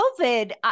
COVID